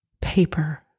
paper